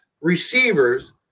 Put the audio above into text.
receivers